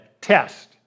test